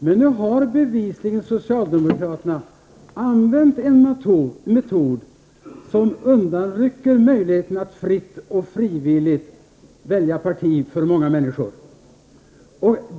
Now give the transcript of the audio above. Men nu har socialdemokraterna bevisligen använt en metod som rycker undan möjligheterna för många människor att fritt och frivilligt välja parti.